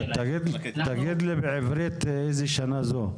תגיד לי בעברית באיזה שנה זו,